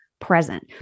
present